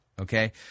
okay